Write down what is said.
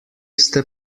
ste